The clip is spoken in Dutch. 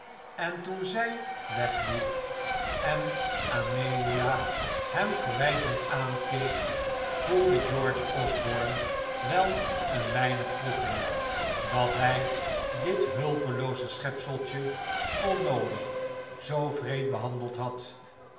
en toen zij wegliep en amelia hem verwijtend aankeek voelde george osborne wel een weinig wroeging dat hij dit hulpelooze schepseltje onnoodig zoo wreed behandeld had